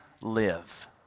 live